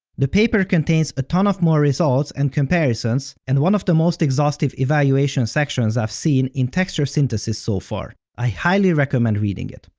the paper contains a ton of more results and comparisons, and one of the most exhaustive evaluation sections i've seen in texture synthesis so far. i highly recommend reading it.